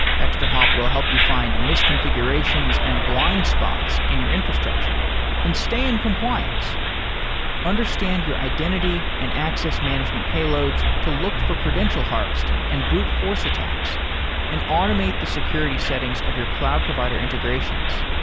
extrahop will help you find misconfigurations and blind spots in your infrastructure and stay in compliance understand your identity and access management payloads to look for credential harvesting and brute-force attacks and automate the security settings of your cloud provider integrations.